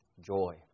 joy